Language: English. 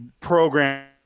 program